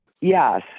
Yes